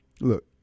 Look